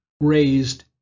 raised